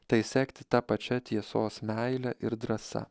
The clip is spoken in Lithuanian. tai sekti ta pačia tiesos meile ir drąsa